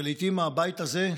ולעיתים מהבית הזה,